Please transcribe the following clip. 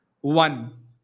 one